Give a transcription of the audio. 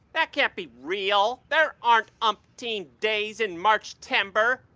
that can't be real. there aren't umpteen days in marchtember.